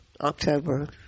October